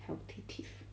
healthy teeth